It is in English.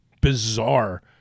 bizarre